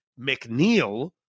McNeil